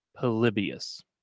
Polybius